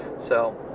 so,